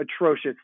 atrocious